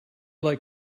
like